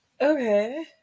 Okay